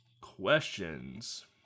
questions